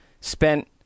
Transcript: spent